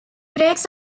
breaks